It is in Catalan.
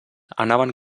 anaven